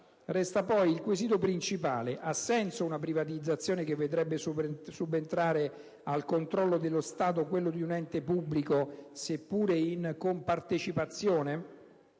Resta, poi, il quesito principale: ha senso una privatizzazione che vedrebbe subentrare al controllo dello Stato quello di un ente pubblico, seppure in compartecipazione?